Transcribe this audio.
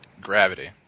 Gravity